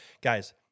guys